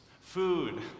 Food